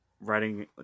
writing